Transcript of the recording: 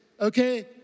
Okay